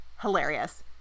hilarious